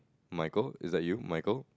Michael is like you Michael